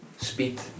speed